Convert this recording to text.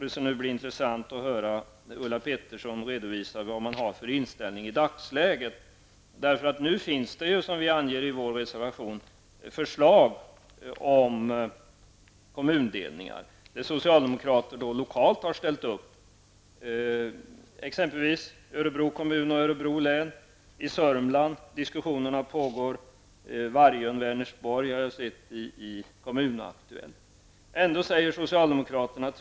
Det skall nu bli intressant att höra Ulla Pettersson redovisa vilken inställning man har i dagsläget. Nu finns det ju, vilket vi anger i vår reservation, förslag om kommundelningar som socialdemokrater lokalt har ställt sig bakom. Det gäller exempelvis Örebro kommun och Örebro län samt Södermanlands län, och jag har sett i Kommunaktuellt att diskussioner pågår i Vargön i Vänersborg.